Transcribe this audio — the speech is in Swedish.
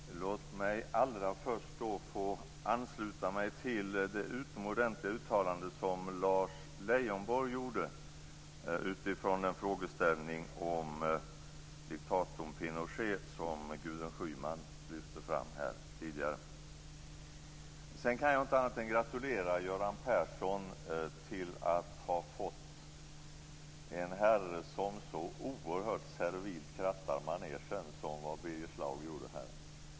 Fru talman! Låt mig allra först få ansluta mig till det utomordentliga uttalande som Lars Leijonborg gjorde utifrån den frågeställning om diktatorn Pinochet som Gudrun Schyman lyfte fram tidigare. Jag kan inte annat än gratulera Göran Persson till att ha fått en herre som så oerhört servilt krattar manegen, som Birger Schlaug gjorde här.